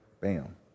Bam